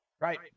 right